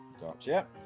Gotcha